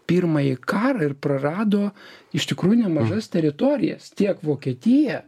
pirmąjį karą ir prarado iš tikrųjų nemažas teritorijas tiek vokietija